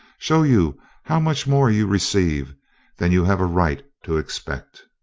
show you how much more you receive than you have a right to expect.